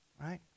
right